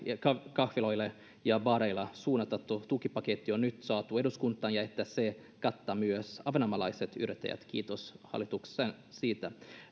kahviloille ja baareille suunnattu tukipaketti on nyt saatu eduskuntaan ja että se kattaa myös ahvenanmaalaiset yrittäjät kiitos hallitukselle siitä